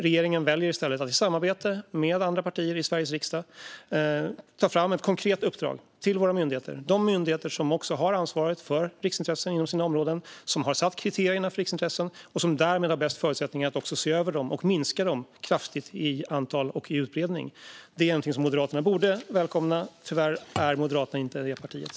Regeringen väljer i stället att i samarbete med andra partier i Sveriges riksdag ta fram ett konkret uppdrag till våra myndigheter - de myndigheter som också har ansvaret för riksintressen inom sina områden, som har satt kriterierna för riksintressen och som därmed har bäst förutsättningar att se över dem - att minska dem kraftigt i antal och utbredning. Det är någonting som Moderaterna borde välkomna, men tyvärr är Moderaterna inte det partiet.